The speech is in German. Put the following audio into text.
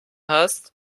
hast